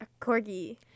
Corgi